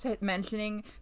mentioning